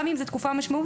גם אם זו תקופה משמעותית,